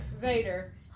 Vader